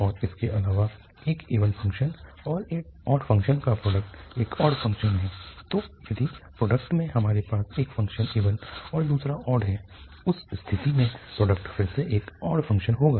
और इसके अलावा एक इवन फ़ंक्शन और एक ऑड फ़ंक्शन का प्रोडक्ट एक ऑड फ़ंक्शन है तो यदि प्रोडक्ट में हमारे पास एक फ़ंक्शन इवन है और दूसरा ऑड है उस स्थिति में प्रोडक्ट फिर से एक ऑड फ़ंक्शन होगा